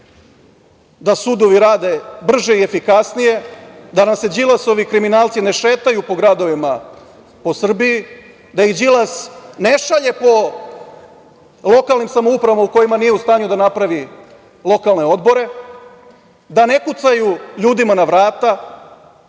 da sudovi rade brže i efikasnije, da nam se Đilasovi kriminalci ne šetaju po gradovima po Srbiji, da ih Đilas ne šalje po lokalnim samoupravama u kojima nije u stanju da napravi lokalne odbore, da ne kucaju ljudima na vrata.